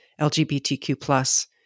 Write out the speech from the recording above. LGBTQ+